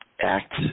act